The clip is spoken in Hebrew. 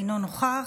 אינו נוכח,